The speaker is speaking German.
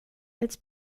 als